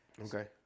Okay